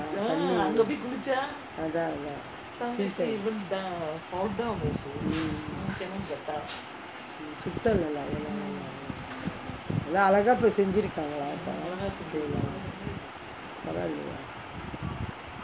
தண்ணீ அதா அதா:thanni atha atha suicide சுத்தம் இல்லே:sutham illae lah அதெல்லாம் அதா அழகா இப்பே செஞ்சி இருக்காங்களே பரவாலயே:athellam atha azhagaa ippae senji irukangalae paravalayae